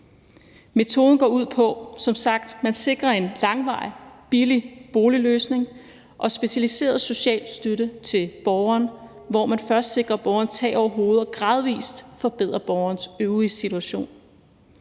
Metoden går som sagt ud på, at man sikrer en langvarig, billig boligløsning og specialiseret socialstøtte til borgeren, hvor man først sikrer borgeren tag over hovedet og gradvis forbedrer borgerens øvrige situation.